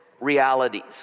realities